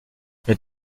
mais